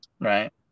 right